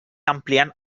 ampliant